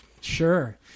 sure